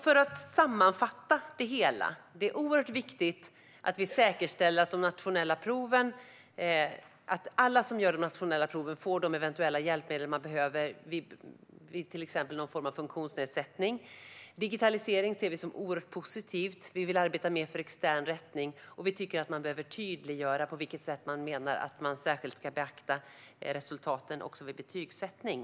För att sammanfatta det hela är det oerhört viktigt att vi säkerställer att alla som gör de nationella proven får de eventuella hjälpmedel som de behöver vid till exempel någon form av funktionsnedsättning. Vi ser digitalisering som oerhört positivt. Vi vill arbeta mer för extern rättning. Vi tycker att man behöver tydliggöra på vilket sätt man menar att man särskilt ska beakta resultaten också vid betygssättning.